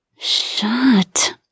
Shut